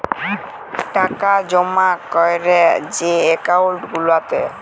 টাকা জমা ক্যরে যে একাউল্ট গুলাতে